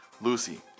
Lucy